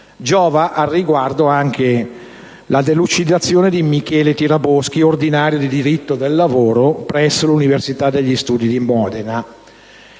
Giova al riguardo anche la delucidazione di Michele Tiraboschi, ordinario di diritto del lavoro presso l'università degli studi di Modena.